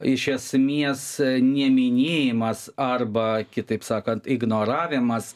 iš esmės neminėjimas arba kitaip sakant ignoravimas